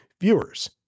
viewers